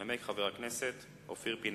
ינמק חבר הכנסת אופיר פינס-פז.